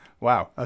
Wow